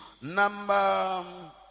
Number